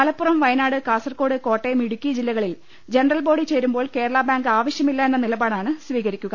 മലപ്പുറം വയനാട് കാസർകോട് കോട്ടയം ഇടുക്കി ജില്ലകളിൽ ജനറൽബോഡി ചേരുമ്പോൾ കേരള ബാങ്ക് ആവശ്യമില്ല എന്ന നിലപാടാണ് സ്വീകരിക്കുക